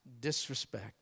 disrespect